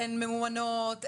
הן ממומנות,